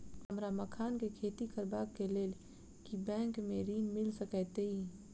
हमरा मखान केँ खेती करबाक केँ लेल की बैंक मै ऋण मिल सकैत अई?